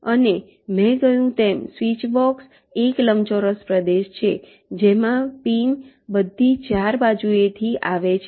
અને મેં કહ્યું તેમ સ્વીચ બોક્સ એક લંબચોરસ પ્રદેશ છે જેમાં પિન બધી 4 બાજુઓથી આવે છે